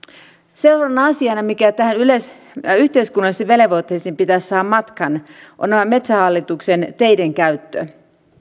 seuraava asia mikä näihin yhteiskunnallisiin velvoitteisiin pitäisi saada matkaan on metsähallituksen teiden käyttö